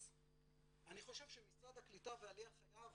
אז אני חושב שמשרד הקליטה והעלייה חייב